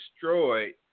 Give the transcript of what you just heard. destroyed